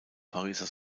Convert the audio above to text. pariser